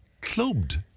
clubbed